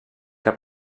que